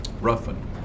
Ruffin